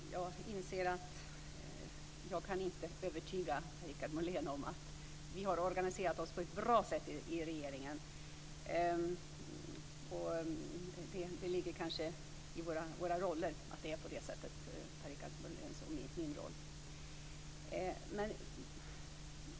Fru talman! Jag inser att jag inte kan övertyga Per-Richard Molén om att vi har organiserat oss på ett bra sätt i regeringen. Det ligger kanske i våra olika roller att det är på det sättet.